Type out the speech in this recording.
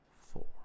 four